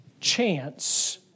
Chance